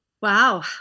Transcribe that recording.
Wow